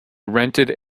rented